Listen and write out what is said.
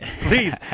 please